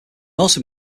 also